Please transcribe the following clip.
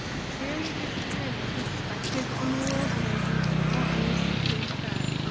very different perspective on the world than i do now. i used to think that